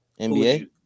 NBA